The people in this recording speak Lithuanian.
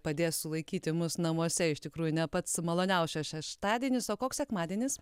padės sulaikyti mus namuose iš tikrųjų ne pats maloniausias šeštadienis o koks sekmadienis